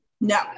no